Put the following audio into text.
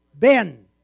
Ben